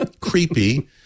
Creepy